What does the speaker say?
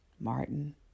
Martin